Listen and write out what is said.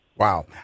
Wow